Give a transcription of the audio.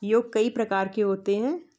योग कई प्रकार के होते हैं